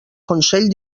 consell